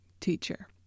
teacher